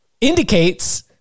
indicates